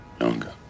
younger